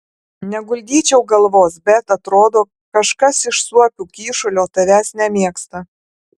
neguldyčiau galvos bet atrodo kažkas iš suopių kyšulio tavęs nemėgsta